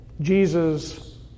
Jesus